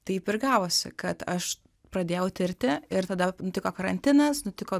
taip ir gavosi kad aš pradėjau tirti ir tada nutiko karantinas nutiko